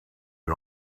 are